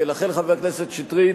ולכן, חבר הכנסת שטרית,